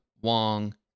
Wong